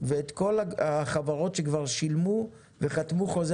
ואת כל החברות שכבר שילמו וחתמו חוזה